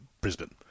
Brisbane